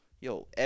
yo